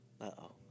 Uh-oh